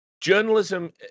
Journalism